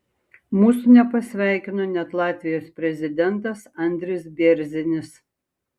mūsų nepasveikino net latvijos prezidentas andris bėrzinis